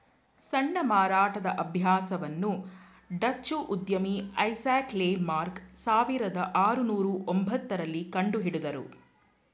ಸಣ್ಣ ಮಾರಾಟದ ಅಭ್ಯಾಸವನ್ನು ಡಚ್ಚು ಉದ್ಯಮಿ ಐಸಾಕ್ ಲೆ ಮಾರ್ಗ ಸಾವಿರದ ಆರುನೂರು ಒಂಬತ್ತ ರಲ್ಲಿ ಕಂಡುಹಿಡುದ್ರು